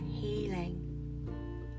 healing